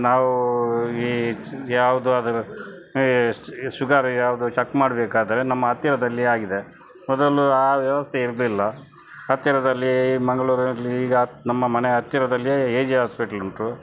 ನಾವು ಈ ಚಿ ಯಾವುದಾದರೂ ಈ ಶ್ ಶುಗರ್ ಯಾವುದು ಚಕ್ ಮಾಡಬೇಕಾದರೆ ನಮ್ಮ ಹತ್ತಿರದಲ್ಲಿಯೇ ಆಗಿದೆ ಮೊದಲು ಆ ವ್ಯವಸ್ತೆ ಇರಲಿಲ್ಲ ಹತ್ತಿರದಲ್ಲಿಯೇ ಈ ಮಂಗಳೂರಿನಲ್ಲಿ ಈಗ ನಮ್ಮ ಮನೆ ಹತ್ತಿರದಲ್ಲಿಯೇ ಎ ಜೆ ಹಾಸ್ಪಿಟ್ಲ್ ಉಂಟು